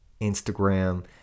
instagram